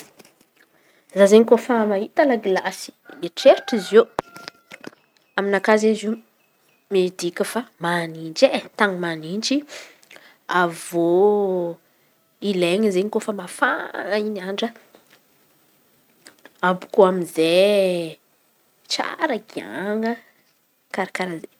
Za izen̈y kôfa mahita lagilasy mieritreritry izy io aminakà izen̈y. Izy io midika fa man̈itsy tan̈y manitsy avy eo ilain̈a rehefa mafana andra abôakeo amy izey tsara gihan̈a karà karàha amy izey.